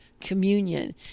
communion